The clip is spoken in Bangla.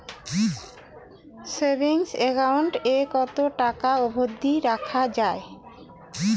সেভিংস একাউন্ট এ কতো টাকা অব্দি রাখা যায়?